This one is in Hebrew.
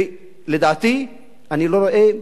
לדעתי, אני לא רואה,